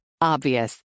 Obvious